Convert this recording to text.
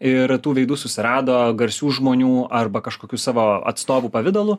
ir tų veidų susirado garsių žmonių arba kažkokių savo atstovų pavidalu